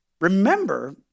remember